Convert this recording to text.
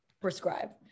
prescribe